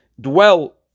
dwell